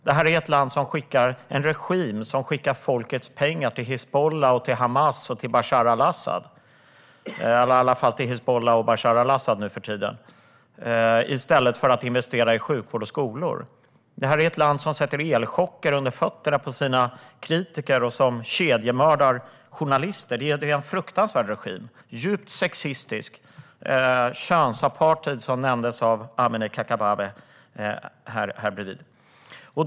Det är en regim som skickar folkets pengar till Hizbullah, Hamas och Bashar al-Asad, eller åtminstone till Hizbullah och Bashar al-Asad nu för tiden, i stället för att investera i sjukvård och skolor. Det är ett land som ger sina kritiker elchocker under fötterna och som kedjemördar journalister. Det är en fruktansvärd regim. Den är djupt sexistisk, och det råder könsapartheid, som nämndes av Amineh Kakabaveh nyss.